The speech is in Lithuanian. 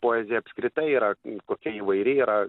poezija apskritai yra kokia įvairi yra